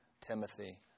Timothy